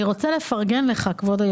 אדוני